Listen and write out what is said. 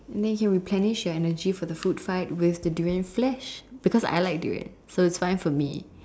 then you can replenish your energy for the food fight with the durian flesh because I like durian so it's fine for me